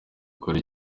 ukora